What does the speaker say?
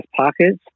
pockets